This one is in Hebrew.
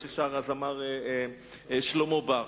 ששר הזמר שלמה בר.